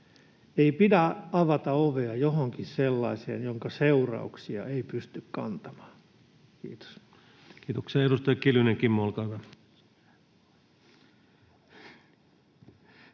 Ei pidä avata ovea johonkin sellaiseen, jonka seurauksia ei pysty kantamaan. — Kiitos. Kiitoksia. — Edustaja Kiljunen, Kimmo, olkaa hyvä.